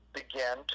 begin